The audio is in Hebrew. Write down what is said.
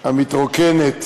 המתרוקנת